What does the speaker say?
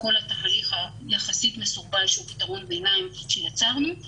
התהליך המסורבל יחסית שהוא פתרון ביניים שיצרנו.